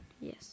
Yes